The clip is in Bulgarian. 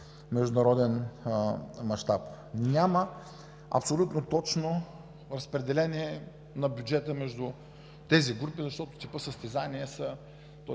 международен мащаб. Няма абсолютно точно разпределение на бюджета между тези групи, защото типът състезания варира,